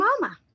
Mama